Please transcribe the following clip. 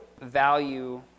value